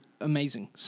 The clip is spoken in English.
amazing